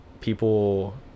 people